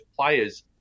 players